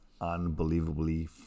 unbelievably